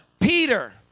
Peter